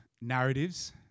narratives